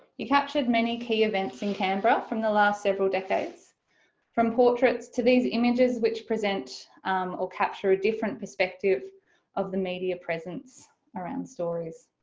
he captured many key events in canberra from the last several decades from portraits, to these images which present or capture a different perspective of the media presence around stories.